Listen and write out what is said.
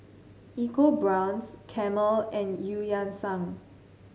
EcoBrown's Camel and Eu Yan Sang